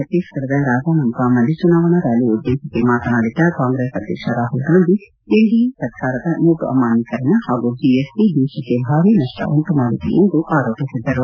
ಭತ್ತೀಸ್ಗಡದ ರಾಜನಂದಗಾವ್ನಲ್ಲಿ ಚುನಾವಣಾ ರ್್ಾಲಿ ಉದ್ದೇಶಿಸಿ ಮಾತನಾಡಿದ್ದ ಕಾಂಗ್ರೆಸ್ ಅಧ್ಯಕ್ಷ ರಾಹುಲ್ ಗಾಂಧಿ ಎನ್ಡಿಎ ಸರ್ಕಾರದ ನೋಟು ಅಮಾನ್ಶೀಕರಣ ಹಾಗೂ ಜಿಎಸ್ಟಿ ದೇಶಕ್ಕೆ ಭಾರೀ ನಷ್ಟ ಉಂಟು ಮಾಡಿದೆ ಎಂದು ಆರೋಪಿಸಿದ್ದರು